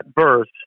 verse